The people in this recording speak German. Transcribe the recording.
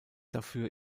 dafür